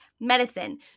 medicine